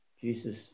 Jesus